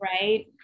Right